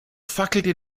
fackelte